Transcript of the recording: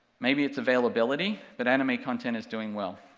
maybe its availability, but anime content is doing well.